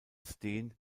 steen